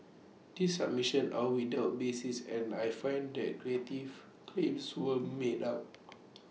these submissions are without basis and I find that creative's claims were made out